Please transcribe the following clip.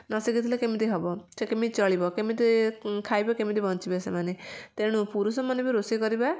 ନ ଶିକିଥିଲେ କେମିତି ହବ ସେ କିମିତି ଚଳିବ କେମିତି ଖାଇବେ କେମିତି ବଞ୍ଚିବେ ସେମାନେ ତେଣୁ ପୁରୁଷମାନେ ବି ରୋଷେଇ କରିବା